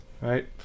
right